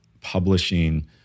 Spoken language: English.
publishing